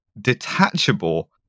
detachable